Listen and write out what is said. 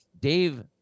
Dave